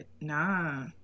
nah